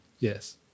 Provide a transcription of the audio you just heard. Yes